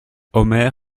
omer